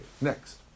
Next